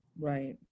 Right